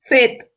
Faith